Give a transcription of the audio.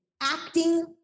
Acting